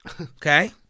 okay